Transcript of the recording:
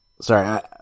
Sorry